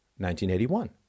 1981